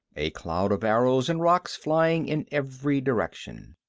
a cloud of arrows and rocks flying in every direction.